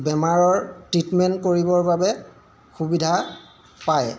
বেমাৰৰ ট্ৰিটমেণ্ট কৰিবৰ বাবে সুবিধা পায়